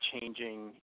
changing